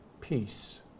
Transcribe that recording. peace